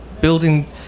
building